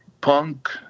punk